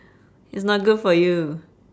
it's not good for you